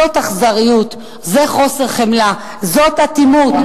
זאת אכזריות, זה חוסר חמלה, זאת אטימות.